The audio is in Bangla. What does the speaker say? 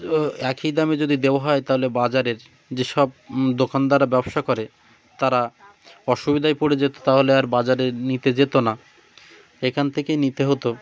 একই দামে যদি দেওয়া হয় তাহলে বাজারের যেসব দোকানদাররা ব্যবসা করে তারা অসুবিধায় পড়ে যেত তাহলে আর বাজারে নিতে যেতো না এখান থেকেই নিতে হতো